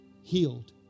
healed